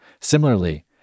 Similarly